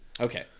Okay